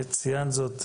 ציינת זאת,